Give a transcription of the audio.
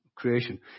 creation